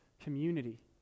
community